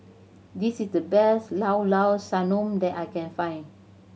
this is the best Llao Llao Sanum that I can find